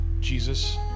Jesus